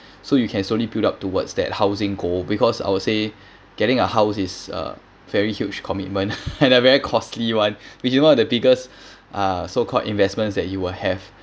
so you can slowly build up towards that housing goal because I would say getting a house is a very huge commitment and a very costly one which is one of the biggest uh so called investments that you will have